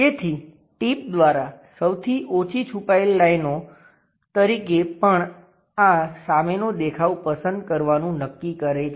તેથી ટીપ દ્વારા સૌથી ઓછી છુપાયેલી લાઈનો તરીકે પણ આ સામેનો દેખાવ પસંદ કરવાનું નક્કી કરે છે